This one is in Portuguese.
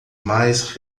mais